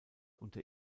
unter